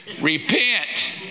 Repent